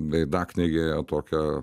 veidaknygėje tokią